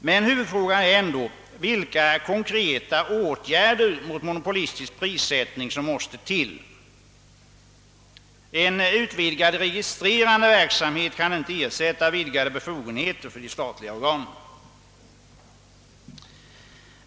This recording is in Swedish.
Men huvudfrågan är ändå vilka konkreta åtgärder mot monopolistisk prissättning som måste till. En utvidgad registrerande verksamhet kan inte ersätta vidgade befogenheter för de statliga organen.